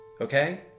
Okay